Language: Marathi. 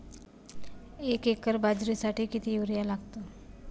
एक एकर बाजरीसाठी किती युरिया लागतो?